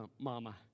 mama